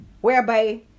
whereby